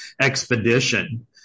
expedition